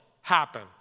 happen